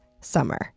summer